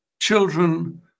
children